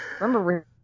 Remember